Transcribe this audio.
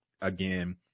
Again